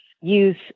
use